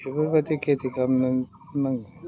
बेफोरबायदि खेथि खालामनो नांगौ